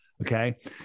okay